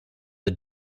the